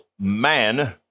man